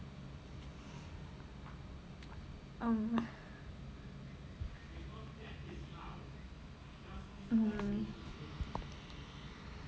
um mm